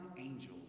angels